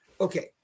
okay